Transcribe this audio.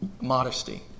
modesty